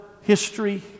history